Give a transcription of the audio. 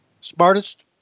smartest